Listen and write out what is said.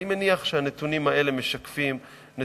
אני מניח שהנתונים האלה משקפים גם